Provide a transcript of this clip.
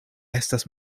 estas